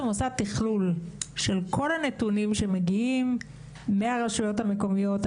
עושה תכלול של כל הנתונים שמגיעים מהרשויות המקומיות,